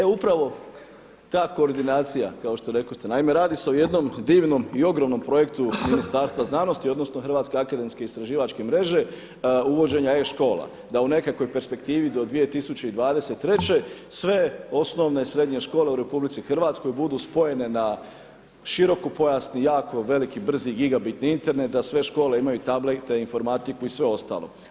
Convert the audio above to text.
Evo upravo ta koordinacija kao što rekoste, naime radi se o jednom divnom i ogromnom projektu Ministarstva znanosti odnosno Hrvatske akademske istraživačke mreže uvođenja e-škola da u nekakvoj perspektivi do 2023. sve osnovne, srednje škole u RH budu spojene na širokopojasni jako veliki brzi gigabitni Internet, da sve škole imaju tablete, informatiku i sve ostalo.